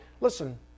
listen